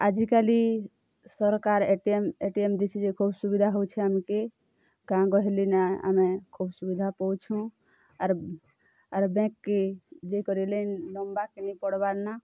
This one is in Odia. ଆଜିକାଲି ସରକାର୍ ଏଟିଏମ୍ ଏଟିଏମ୍ ଦେଇଛେ ଯେ ଖୁବ୍ ସୁବିଧା ହେଉଛେ ଆମ୍କେ ଗାଁ ଗହଲିନେ ଆମେ ଖୋବ୍ ସୁବିଧା ପଉଛୁଁ ଆର୍ ଆର୍ ବେଙ୍କ୍ କେ ଯାଇକରି ଲାଇନ୍ ଲମ୍ବା'ର୍କେ ନାଇ ପଡ଼୍ବାର୍ ନା